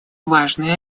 важные